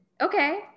okay